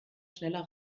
schneller